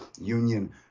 union